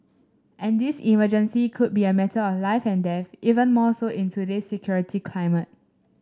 and this emergency could be a matter of life and death even more so in today security climate